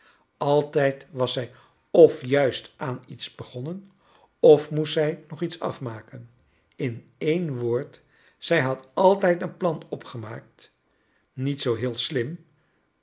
altijd was zij f juist aan iets begcnnen of moest zij nog iets afmaken in een woord zij had altijd een plan opgemaakt niet zoo heel slim